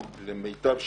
להבנתי ולמיטב שיפוטי,